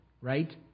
right